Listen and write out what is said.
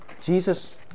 Jesus